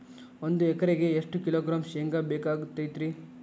ಒಂದು ಎಕರೆಗೆ ಎಷ್ಟು ಕಿಲೋಗ್ರಾಂ ಶೇಂಗಾ ಬೇಕಾಗತೈತ್ರಿ?